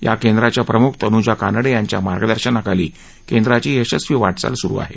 या केंद्राच्या प्रमुख तनुजा कानडे यांच्या मार्गदर्शनाखाली केंद्राची यशस्वी वाटचाल सुरू आहे